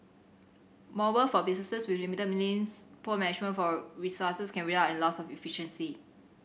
moreover for businesses with limited means poor management for resources can result in loss of efficiency